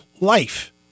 life